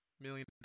Million